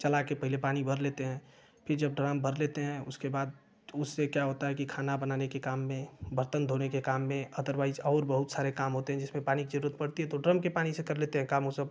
चला कर पहले पानी भर लेते हैं फिर जब ड्राम भर लेते हैं उसके बाद उससे क्या होता है कि खाना बनाने के काम में बर्तन धोने के काम में अदर्वाइज और बहुत सारे काम होते हैं जिसमें पानी कि जरूरत पड़ती है तो ड्रम के पानी से कर लेते हैं काम वो सब